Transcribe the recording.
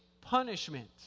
punishment